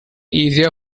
easier